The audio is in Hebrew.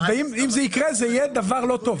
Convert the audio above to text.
אם זה יקרה, זה יהיה דבר לא טוב.